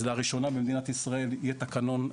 אז לראשונה במדינת ישראל יהיה תקנון,